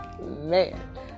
man